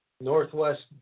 northwest